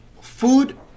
food